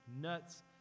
nuts